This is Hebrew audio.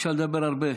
אפשר לדבר הרבה,